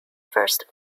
first